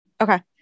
Okay